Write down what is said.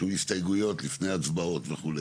שהוא הסתייגויות לפני הצבעות וכו'.